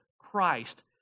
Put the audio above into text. Christ